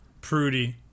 Prudy